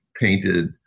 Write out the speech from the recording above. painted